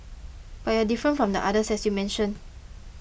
but you're different from the others as you mentioned